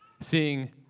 Seeing